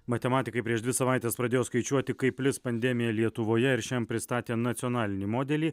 matematikai prieš dvi savaites pradėjo skaičiuoti kaip plis pandemija lietuvoje ir šiandien pristatė nacionalinį modelį